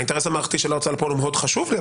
האינטרס המערכתי של ההוצאה לפועל הוא מאוד חשוב לי,